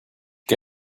que